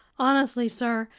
honestly, sir,